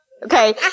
Okay